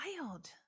wild